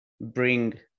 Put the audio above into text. bring